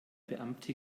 beamte